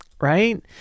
right